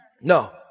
No